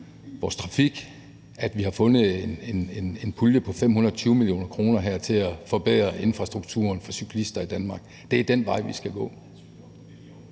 vores trafik, hvor vi har fundet en pulje på 520 mio. kr. her til at forbedre infrastrukturen for cyklister i Danmark. Det er den vej, vi skal gå.